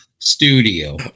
studio